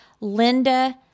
Linda